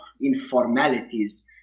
informalities